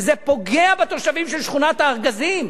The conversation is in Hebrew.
וזה פוגע בתושבים של שכונת-הארגזים.